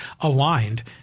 aligned